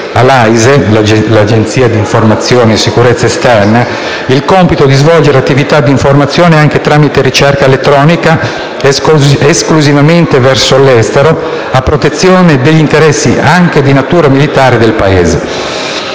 all'Agenzia di informazioni e sicurezza esterna (AISE) il compito di svolgere attività di informazione, anche tramite ricerca elettronica, esclusivamente verso l'estero, a protezione degli interessi anche di natura militare del Paese.